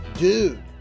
Dude